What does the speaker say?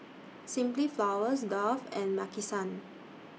Simply Flowers Dove and Maki San